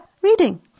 reading